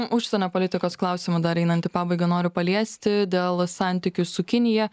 užsienio politikos klausimų dar einant į pabaigą noriu paliesti dėl santykių su kinija